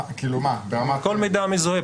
כל מידע מזוהה,